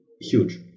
huge